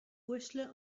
uaisle